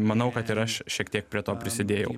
manau kad ir aš šiek tiek prie to prisidėjau